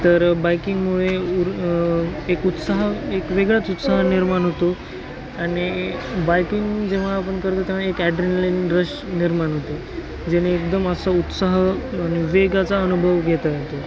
तर बायकिंगमुळे उर एक उत्साह एक वेगळाच उत्साह निर्माण होतो आणि बायकिंग जेव्हा आपण करतो तेव्हा एक ॲड्रिनलीन रश निर्माण होते ज्याने एकदम असा उत्साह आणि वेगाचा अनुभव घेता येतो